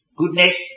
goodness